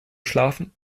schlafen